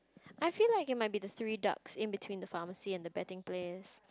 I feel like it might be the three ducks in between the pharmacy and the betting place